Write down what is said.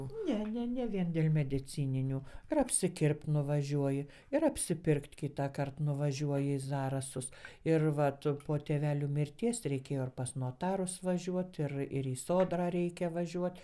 ne ne ne vien dėl medicininių ir apsikirpt nuvažiuoji ir apsipirkt kitąkart nuvažiuoji į zarasus ir vat po tėvelių mirties reikėjo ir pas notarus važiuot ir ir į sodrą reikia važiuot